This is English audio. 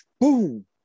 boom